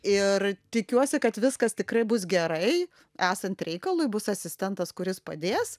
ir tikiuosi kad viskas tikrai bus gerai esant reikalui bus asistentas kuris padės